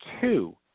two